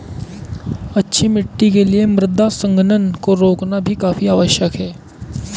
अच्छी मिट्टी के लिए मृदा संघनन को रोकना भी काफी आवश्यक है